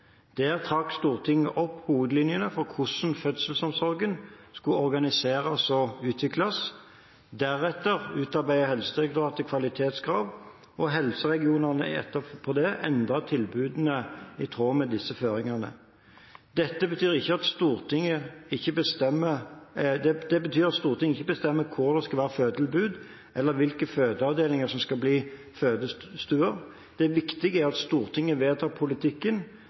Der trakk Stortinget opp hovedlinjene for hvordan fødselsomsorgen skulle organiseres og utvikles, deretter utarbeidet Helsedirektoratet kvalitetskrav, og helseregionene endret etterpå tilbudene i tråd med disse føringene. Dette betyr at Stortinget ikke bestemmer hvor det skal være fødetilbud, eller hvilke fødeavdelinger som skal bli fødestuer. Det viktige er at Stortinget vedtar politikken,